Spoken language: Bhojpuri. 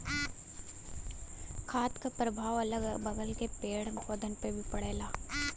खाद क परभाव अगल बगल के पेड़ पौधन पे भी पड़ला